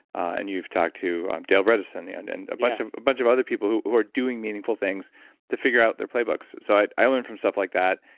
and you've talked to dale bredesen, yeah and and a bunch of bunch of other people who who are doing meaningful things to figure out their playbooks so i i learned from stuff like that,